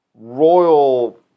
royal